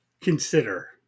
consider